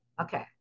Okay